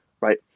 right